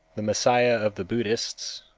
the messiah of the buddhists,